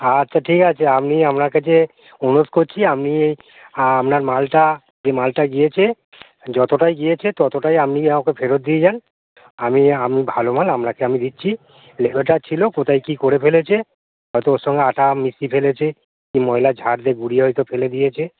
আচ্ছা ঠিক আছে আমি আপনার কাছে অনুরোধ করছি আপনি আপনার মালটা যে মালটা গিয়েছে যতটাই গিয়েছে ততটাই আপনি আমাকে ফেরত দিয়ে যান আমি আমি ভালো মাল আপনাকে আমি দিচ্ছি লেবারটা ছিলো কোথায় কী করে ফেলেছে হয়তো ওর সঙ্গে আটা মিশিয়ে ফেলেছে কি ময়লার ঝাড়তে গুঁড়ি হয়তো ফেলে দিয়েছে